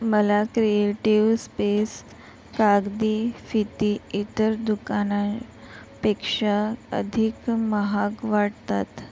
मला creative space कागदी फिती इतर दुकाना पेक्षा अधिक महाग वाटतात